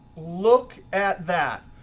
look at that.